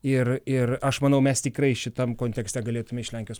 ir ir aš manau mes tikrai šitam kontekste galėtumėme iš lenkijos